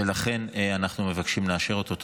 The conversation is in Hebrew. ולכן אנחנו מבקשים לאשר אותו.